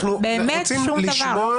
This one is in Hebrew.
אנחנו באמת רוצים לשמוע.